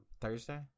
Thursday